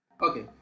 okay